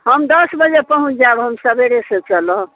हम दस बजे पहुँच जायब हम सबेरे सऽ चलब